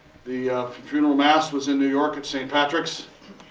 the funeral mass was in new york at saint patrick's.